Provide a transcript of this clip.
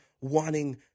wanting